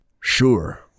Sure